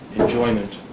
enjoyment